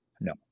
No